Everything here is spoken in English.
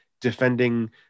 defending